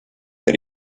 per